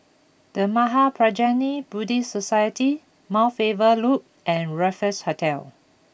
The Mahaprajna Buddhist Society Mount Faber Loop and Raffles Hotel